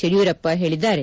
ಯಡಿಯೂರಪ್ಪ ಹೇಳಿದ್ದಾರೆ